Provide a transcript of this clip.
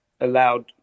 allowed